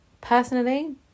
Personally